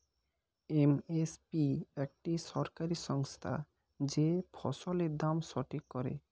M S P একটি সরকারি সংস্থা যে ফসলের দাম ঠিক করে